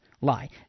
lie